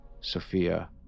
Sophia